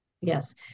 Yes